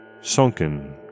Sunken